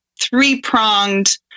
three-pronged